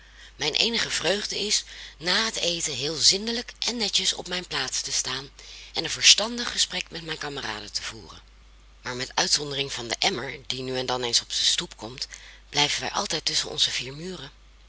mijn eenige vreugde is na het eten heel zindelijk en netjes op mijn plaats te staan en een verstandig gesprek met mijn kameraden te voeren maar met uitzondering van den emmer die nu en dan eens op de stoep komt blijven wij altijd tusschen onze vier muren